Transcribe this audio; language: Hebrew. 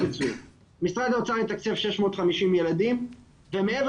--- משרד האוצר יתקצב 650 ילדים ומעבר